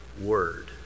word